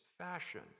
fashion